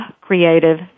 creative